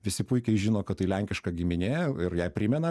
visi puikiai žino kad tai lenkiška giminė ir jai primena